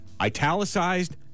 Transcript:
italicized